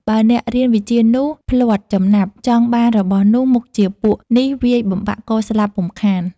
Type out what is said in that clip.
បើអ្នករៀនវិជ្ជានោះ ភ្លាត់ចំណាប់ ចង់បានរបស់នោះ មុខជាពួកនេះវាយបំបាក់កស្លាប់ពុំខាន ។